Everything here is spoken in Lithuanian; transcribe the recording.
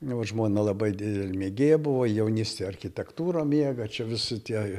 nu vat žmona labai didelė mėgėja buvo jaunystėj architektūrą mėgo čia visi tie